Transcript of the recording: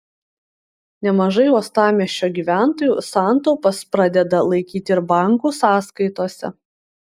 nemažai uostamiesčio gyventojų santaupas pradeda laikyti ir bankų sąskaitose